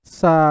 sa